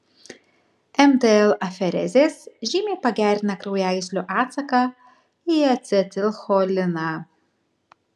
mtl aferezės žymiai pagerina kraujagyslių atsaką į acetilcholiną